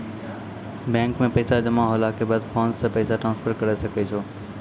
bank मे पैसा जमा होला के बाद फोन से पैसा ट्रांसफर करै सकै छौ